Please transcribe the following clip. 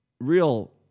real